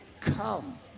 Come